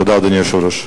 תודה, אדוני היושב-ראש.